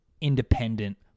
independent